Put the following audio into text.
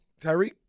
Tyreek